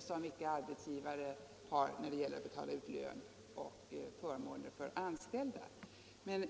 som andra arbetsgivare inte har.